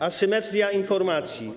Asymetria informacji.